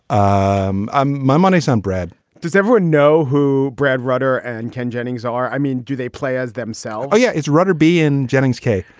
um my money's on brad does everyone know who brad rutter and ken jennings are? i mean, do they play as themselves? oh, yeah. it's rutter b in jennings k,